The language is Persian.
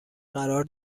قرار